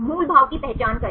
मूल भाव की पहचान करें